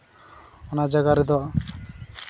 ᱚᱱᱟ ᱡᱟᱭᱜᱟ ᱨᱮ ᱫᱚ